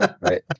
Right